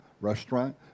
restaurant